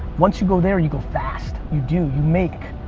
once you go there, you go fast. you do, you make